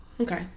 Okay